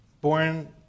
born